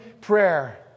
prayer